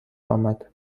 آمد